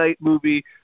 movie